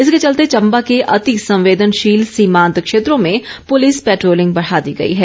इसके चलते चम्बा के अति संवेदनशील सीमांत क्षेत्रों में पुलिस पैट्रोलिंग बढ़ा दी गई है